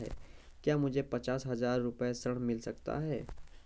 क्या मुझे पचास हजार रूपए ऋण मिल सकता है?